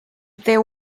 there